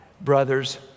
brothers